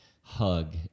hug